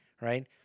right